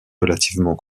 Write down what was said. relativement